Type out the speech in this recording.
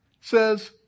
says